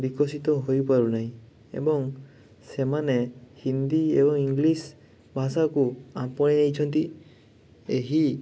ବିକଶିତ ହୋଇପାରୁନାହିଁ ଏବଂ ସେମାନେ ହିନ୍ଦୀ ଏବଂ ଇଂଲିଶ ଭାଷାକୁ ଆପଣାଇଛନ୍ତି ଏହି